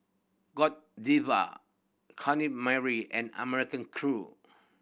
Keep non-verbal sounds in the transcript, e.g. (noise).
Godiva (unintelligible) Mary and American Crew